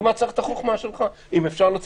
למה צריך את החכמה שלך אם אפשר להוציא